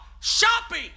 shopping